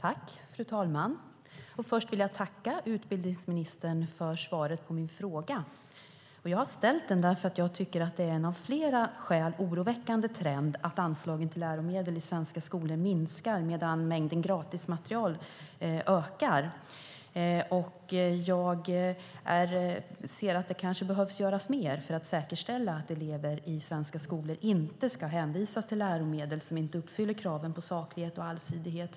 Fru talman! Först vill jag tacka utbildningsministern för svaret på min fråga. Jag har ställt den därför att jag tycker att det är en av flera skäl oroväckande trend att anslagen till läromedel i svenska skolor minskar medan mängden gratismaterial ökar. Jag ser att det behöver göras mer för att säkerställa att elever i svenska skolor inte ska hänvisas till läromedel som inte uppfyller kraven på saklighet och allsidighet.